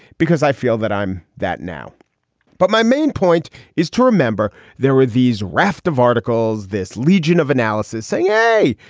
because i feel that i'm that now but my main point is to remember there were these raft of articles, this legion of analysis, saying, hey,